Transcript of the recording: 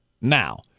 now